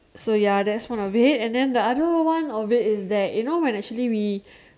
so ya that's one if then the other one of it is that you know when actually we